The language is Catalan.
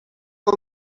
del